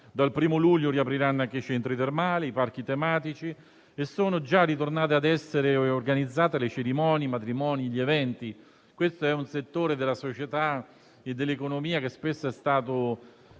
Dal 1° luglio riapriranno anche i centri termali, i parchi tematici e sono già tornati ad essere organizzati cerimonie, matrimoni ed eventi: un settore della società e dell'economia che spesso non è stato